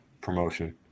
promotion